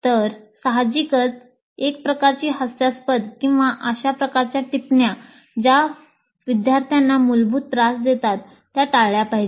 तर साहजिकच एक प्रकारची हास्यास्पद किंवा अशा प्रकारच्या टिप्पण्या ज्या विद्यार्थ्यांना मूलत त्रास देतात त्या टाळल्या पाहिजेत